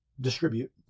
distribute